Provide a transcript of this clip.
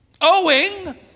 Owing